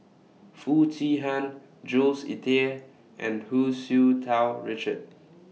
Foo Chee Han Jules Itier and Hu Tsu Tau Richard